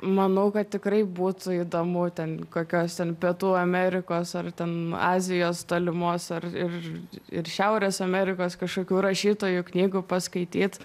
manau kad tikrai būtų įdomu ten kokios ten pietų amerikos ar ten azijos tolimos ar ir ir šiaurės amerikos kažkokių rašytojų knygų paskaityt